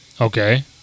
Okay